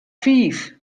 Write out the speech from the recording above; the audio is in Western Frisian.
fiif